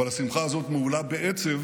אבל השמחה הזאת מהולה בעצב,